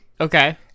Okay